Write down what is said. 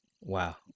Wow